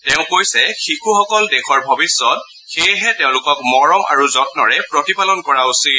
তেওঁ কৈছে শিশুসকল দেশৰ ভৱিষ্যৎ সেয়েহে তেওঁলোকক মৰম আৰু যন্তৰে প্ৰতিপালন কৰা উচিত